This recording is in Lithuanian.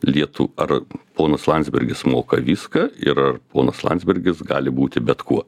lietu ar ponas landsbergis moka viską ir ar ponas landsbergis gali būti bet kuo